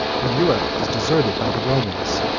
and europe is deserted by the romans.